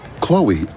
Chloe